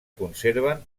conserven